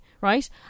right